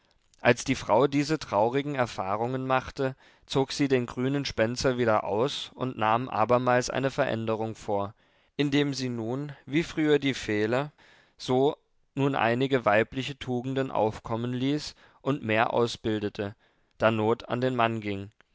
als die frau diese traurigen erfahrungen machte zog sie den grünen spenzer wieder aus und nahm abermals eine veränderung vor indem sie nun wie früher die fehler so nun einige weibliche tugenden aufkommen ließ und mehr ausbildete da not an den mann ging